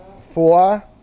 four